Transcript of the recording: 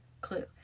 clue